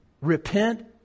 Repent